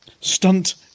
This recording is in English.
Stunt